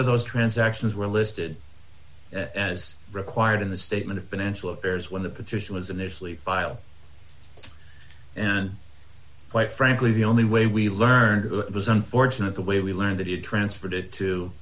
of those transactions were listed as required in the statement of financial affairs when the petition was initially file and quite frankly the only way we learned of it was unfortunate the way we learned that he had transferred it to